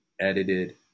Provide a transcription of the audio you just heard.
edited